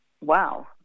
wow